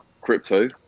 crypto